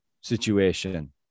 situation